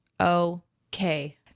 okay